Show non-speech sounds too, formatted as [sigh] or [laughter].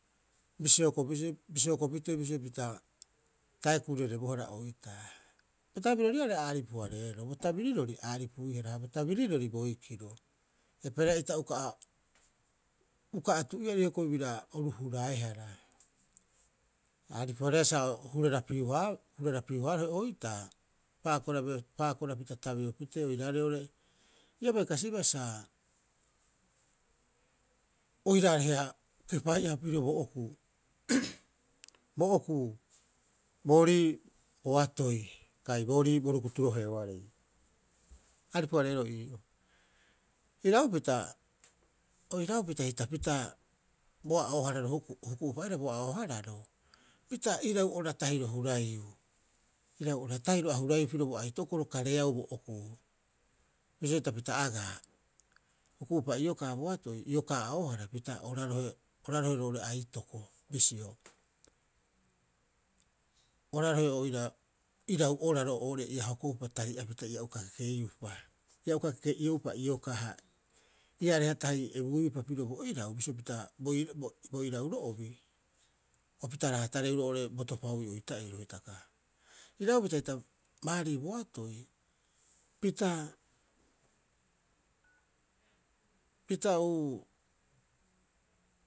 Bisio hokopitee bisio taae kurerebohara oitaa. Bo tabiriroriarei a aripu- hareeroo ha bo tabirirori a aripuihara ha bo tabirirori boikiro. Eipaareha ita uka- uka atu'iari hioko'i bira oru huraehara, a aripu- hareea sa hurarapiuhaa hurarapiu- haarohe oitaa paakorabira paakorapita tabeo pitee oiraarei oo'ore ia bai kasibaa sa oiraareha kepai'aha pirio bo okuu [noise] bo okuu boorii boatoi kai boorii bo rukutu roheoarei, aripu- hareeroo ii'oo. Iraupita, o iraupita hita pita boa'oo- hararo huku, huku'opa aira boa'oo- hararo opita irau ora tahiro huraiiu. Irau ora tahiro ahuraiiu bo aitokoro kareeau bo okuu. Bisio hita pita agaa, huku'upa iokaa boatoi iokaa'oohara pita orarohe orarohe roo'ore aitoko bisio, orarohe oira irau oraro oo'ore ia hokoupa tari'apita ia uka kekeiupa, ia uka kekeioupa iokaa ha iaareha tahi ebuiupa pirio bo irau bisio pita bo irauro'obi opita raatare roo'ore bo topauii oita'iro hitaka. Iraupita hita baari boatoi pita, pita uu.